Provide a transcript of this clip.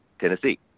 Tennessee